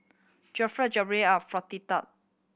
Jalebi of Fritada